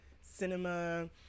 cinema